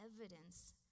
evidence